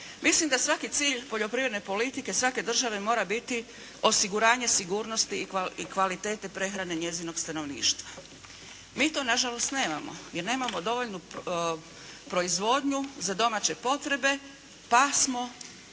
Mislim da svaki cilj poljoprivredne politike svake države mora biti osiguranje sigurnosti i kvalitete prehrane njezinog stanovništva. Mi to na žalost nemamo, jer nemamo dovoljnu proizvodnju za domaće potrebe pa smo